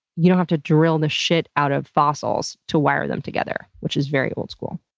you don't have to drill the shit out of fossils to wire them together. which is very old school.